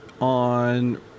on